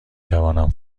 توانم